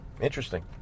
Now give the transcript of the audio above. Interesting